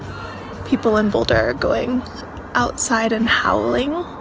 people in boulder are going outside and howling.